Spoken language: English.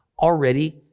already